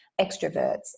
extroverts